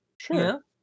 Sure